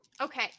Okay